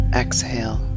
exhale